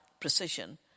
precision